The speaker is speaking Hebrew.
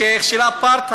זה המשך של האפרטהייד.